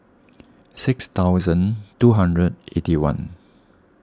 six thousand two hundred and eighty one